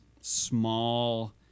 small